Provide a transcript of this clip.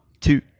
two